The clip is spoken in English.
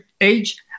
age